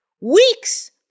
weeks